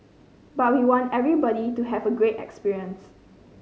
but we want everybody to have a great experience